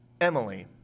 Emily